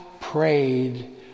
prayed